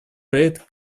проект